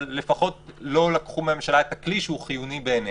אבל לפחות לא לקחו מהממשלה את הכלי שהוא חיוני בעיניה.